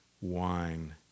wine